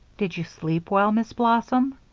did you sleep well, miss blossom?